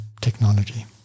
technology